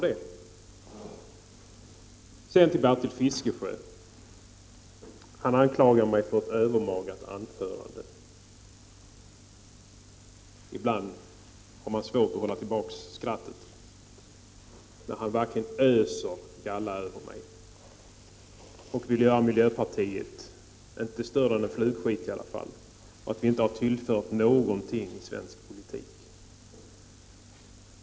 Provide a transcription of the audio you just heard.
Bertil Fiskesjö anklagade mig för ett övermaga anförande. Ibland har man svårt att hålla tillbaks skrattet, när han verkligen öser galla över mig och vill göra miljöpartiet till någonting inte större än en flugskit, som inte har tillfört någonting till svensk politik.